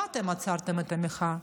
לא אתם יצרתם את המחאה,